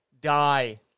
die